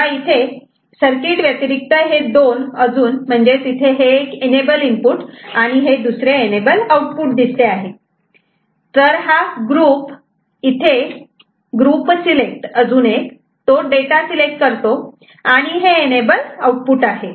तेव्हा इथे सर्किट व्यतिरिक्त हे दोन म्हणजेच हे एक इथे एनेबल इनपुट आणि हे इथे हे दुसरे एनेबल आउटपुट तर हा ग्रुप इथे डेटा सिलेक्ट करतो आणि हे एनेबल आउटपुट आहे